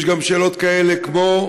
יש גם שאלות כאלה, כמו,